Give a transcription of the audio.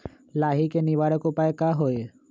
लाही के निवारक उपाय का होई?